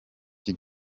iki